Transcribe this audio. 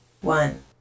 one